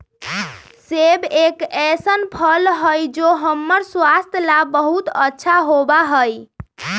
सेब एक ऐसन फल हई जो हम्मर स्वास्थ्य ला बहुत अच्छा होबा हई